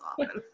often